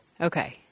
Okay